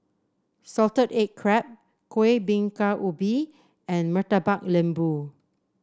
Salted Egg Crab Kueh Bingka Ubi and Murtabak Lembu